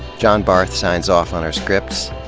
john barth signs off on our scripts.